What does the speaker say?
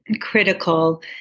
critical